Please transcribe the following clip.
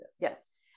Yes